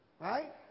Right